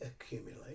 accumulate